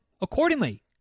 accordingly